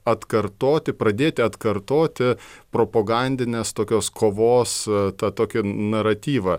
atkartoti pradėti atkartoti propagandinės tokios kovos tą tokį naratyvą